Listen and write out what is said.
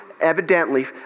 evidently